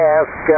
ask